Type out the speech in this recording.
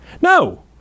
No